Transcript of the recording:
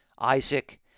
Isaac